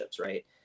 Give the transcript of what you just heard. right